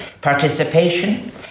participation